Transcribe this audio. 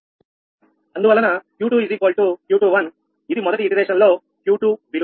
అందువలన Q2 𝑄21 ఇది మొదటి పునరావృతం లోQ2 విలువ